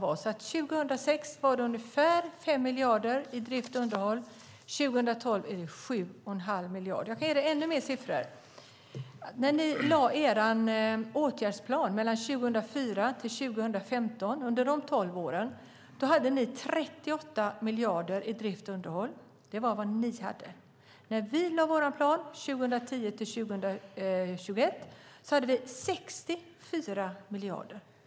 År 2006 var det ungefär 5 miljarder till drift och underhåll, och år 2012 är det 7,5 miljarder. Jag kan ge dig ännu mer siffror. När ni lade er åtgärdsplan för 2004-2015 hade ni 38 miljarder till drift och underhåll. Det var vad ni hade. När vi lade vår plan för 2010-2021 hade vi 64 miljarder.